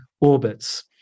orbits